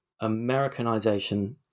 Americanization